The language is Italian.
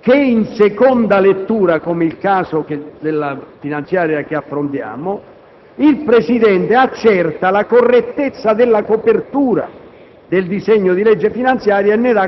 che in seconda lettura (è il caso che ci riguarda), il Presidente accerta la correttezza della copertura